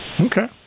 Okay